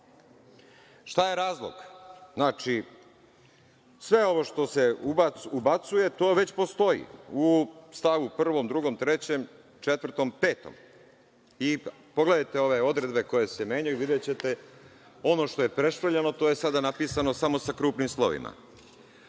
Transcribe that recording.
Šta je razlog? Znači, sve ovo što se ubacuje, to već postoji u st. 1, 2, 3, 4. i 5. Pogledajte ove odredbe koje se menjaju, videćete, ono što je prešvrljano, to je sada napisano samo sa krupnim slovima.Zašto